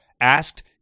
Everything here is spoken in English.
Asked